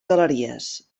galeries